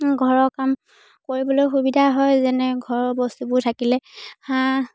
ঘৰৰ কাম কৰিবলৈ সুবিধা হয় যেনে ঘৰৰ বস্তুবোৰ থাকিলে হাঁহ